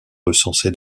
recensé